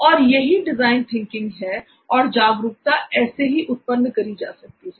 और यही design thinking है और जागरूकता ऐसे ही उत्पन्न करी जाती है